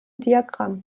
diagramm